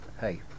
hey